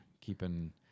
keeping